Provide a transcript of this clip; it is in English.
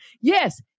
Yes